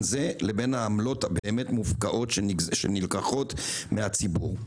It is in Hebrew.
זה לבין העמלות המופקעות שנלקחות מהציבור.